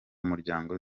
muryango